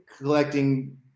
collecting